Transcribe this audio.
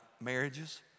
marriages